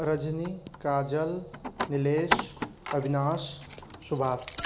Rajni Kajal Nilesh Abhinash Subhash